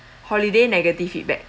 holiday negative feedback